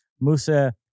Musa